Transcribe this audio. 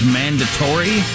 mandatory